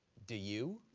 do you?